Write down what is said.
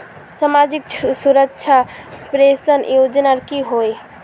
सामाजिक सुरक्षा पेंशन योजनाएँ की होय?